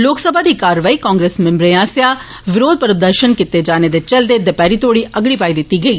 लोकसभा दी कार्रवाई कांग्रेस मिम्बरें आस्सेआ विरोध प्रदर्शन कीते जाने दे चलदे दपैहरी तोड़ी अगड़ी पाई दित्ती गेई